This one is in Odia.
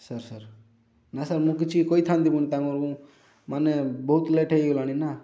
ସାର୍ ସାର୍ ନା ସାର୍ ମୁଁ କିଛି କହିଥାନ୍ତି ବୋଲି ତାଙ୍କର ମାନେ ବହୁତ ଲେଟ୍ ହେଇଗଲାଣି ନା